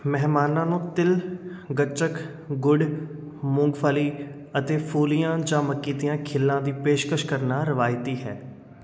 ਮਹਿਮਾਨਾਂ ਨੂੰ ਤਿਲ ਗੱਚਕ ਗੁੜ ਮੂੰਗਫਲੀ ਅਤੇ ਫੂਲੀਆ ਜਾਂ ਮੱਕੀ ਦੀਆਂ ਖਿੱਲਾਂ ਦੀ ਪੇਸ਼ਕਸ਼ ਕਰਨਾ ਰਵਾਇਤੀ ਹੈ